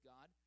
God